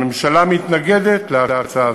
הממשלה מתנגדת להצעה זו.